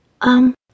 Um